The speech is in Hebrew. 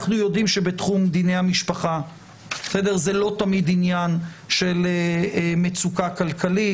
אנחנו יודעים שבתחום דיני המשפחה זה לא תמיד עניין של מצוקה כלכלית,